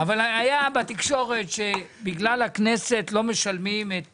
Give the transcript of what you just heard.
אבל היה בתקשורת שבגלל הכנסת לא משלמים את